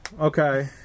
okay